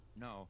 No